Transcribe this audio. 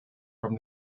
from